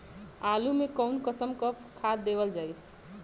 आलू मे कऊन कसमक खाद देवल जाई?